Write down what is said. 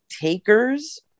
Takers